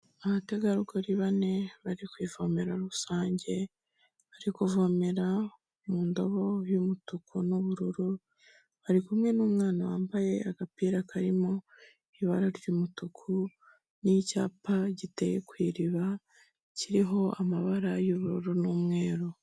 Abategarugori bane, bari ku ivomero rusange, bari kuvomera mu ndobo y'umutuku n'ubururu, bari kumwe n'umwana wambaye agapira karimo ibara ry'umutuku n'icyapa giteye ku iriba, kiriho amabara y'ubururu n'umweru.